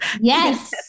Yes